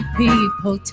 people